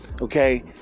Okay